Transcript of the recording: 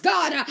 God